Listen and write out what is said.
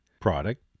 product